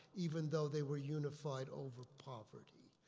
even though they were unified over poverty.